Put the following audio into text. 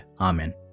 Amen